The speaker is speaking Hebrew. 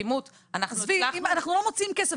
אנחנו לא מוצאים כסף.